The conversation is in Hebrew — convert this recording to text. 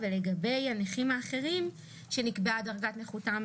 ולגבי הנכים האחרים שנקבעה דרגת נכותם,